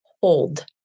hold